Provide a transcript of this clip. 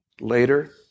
later